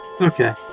Okay